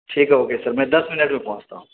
ٹھیک ہے okay sir میں دس منٹ میں پہنچتا ہوں